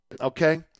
okay